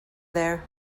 there